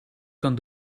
kan